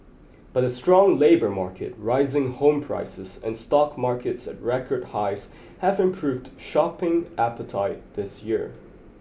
but a strong labour market rising home prices and stock markets at record highs have improved shopping appetite this year